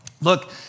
look